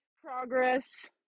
progress